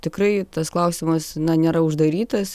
tikrai tas klausimas na nėra uždarytas